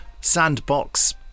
sandbox